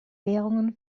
währungen